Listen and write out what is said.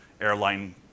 airline